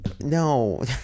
No